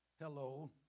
Hello